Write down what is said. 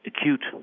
acute